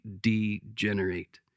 degenerate